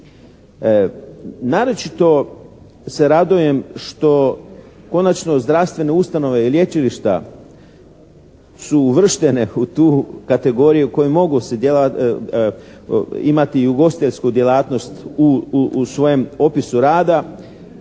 Naročito se radujem što konačno zdravstvene ustanove i lječilišta su uvrštene u tu kategoriju koje mogu imati i ugostiteljsku djelatnost u svojem opisu rada